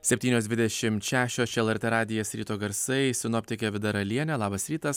septynios dvidešimt šešios čia lrt radijas ryto garsai sinoptikė vida ralienė labas rytas